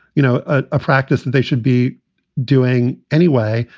you know, a practice and they should be doing anyway.